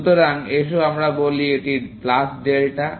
সুতরাং এসো আমরা বলি এটি প্লাস ডেল্টা